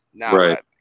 Right